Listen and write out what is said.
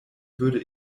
würde